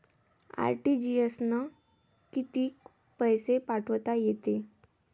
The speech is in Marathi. आर.टी.जी.एस न कितीक पैसे पाठवता येते?